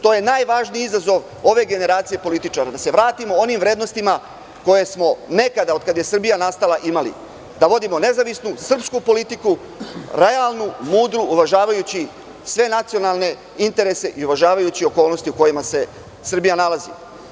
To je najvažniji izazov ove generacije političara, da se vratimo onim vrednostima koje smo nekada, od kada je Srbija nastala, imali, da vodimo nezavisnu srpsku politiku, realnu, mudru, uvažavajući sve nacionalne interese i uvažavajući okolnosti u kojima se Srbija nalazi.